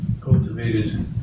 cultivated